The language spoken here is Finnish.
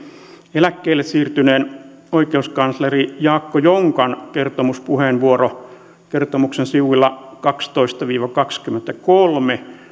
eläkkeelle siirtyneen oikeuskansleri jaakko jonkan kertomuspuheenvuoro kertomuksen sivuilla kaksitoista viiva kaksikymmentäkolme